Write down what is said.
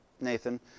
Nathan